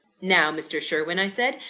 now, mr. sherwin i said,